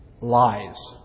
lies